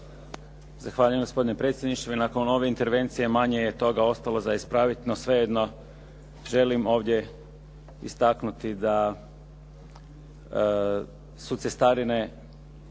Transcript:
Zahvaljujem. Gospodine predsjedniče. Nakon ove intervencije manje je toga ostalo za ispraviti no svejedno želim ovdje istaknuti da su cestarine